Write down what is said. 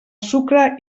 sucre